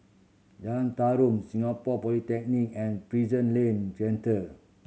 Jalan Tarum Singapore Polytechnic and Prison Link Centre